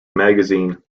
magazine